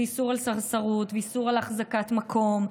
ואיסור על סרסרות ואיסור על החזקת מקום,